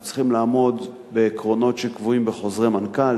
הם צריכים לעמוד בעקרונות שקבועים בחוזרי מנכ"ל,